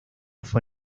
fue